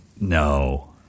No